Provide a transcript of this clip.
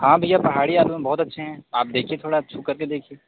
हाँ भैया पहाड़ी आलू हैं बहुत अच्छे हैं आप देखिए थोड़ा छू कर के देखिए